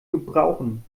gebrauchen